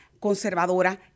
conservadora